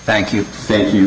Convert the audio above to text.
thank you thank you